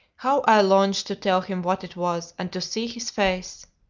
how i longed to tell him what it was, and to see his face!